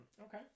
Okay